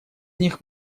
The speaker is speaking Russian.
них